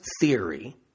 theory